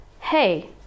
hey